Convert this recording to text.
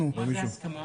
בין מי למי היו ההסכמות?